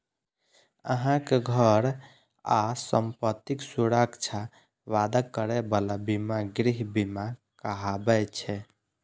अहांक घर आ संपत्तिक सुरक्षाक वादा करै बला बीमा गृह बीमा कहाबै छै